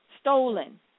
Stolen